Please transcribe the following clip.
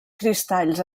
cristalls